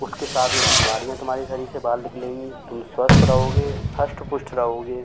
उसके साथ में बीमारियां तुम्हारे सरीर से बाहर निकलेंगी तुम स्वस्थ रहोगे हष्ट पुष्ट रहोगे